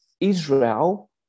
israel